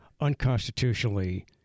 unconstitutionally